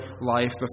life